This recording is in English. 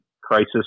crisis